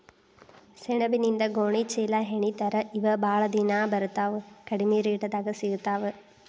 ಸೆಣಬಿನಿಂದ ಗೋಣಿ ಚೇಲಾಹೆಣಿತಾರ ಇವ ಬಾಳ ದಿನಾ ಬರತಾವ ಕಡಮಿ ರೇಟದಾಗ ಸಿಗತಾವ